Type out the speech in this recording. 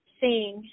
sing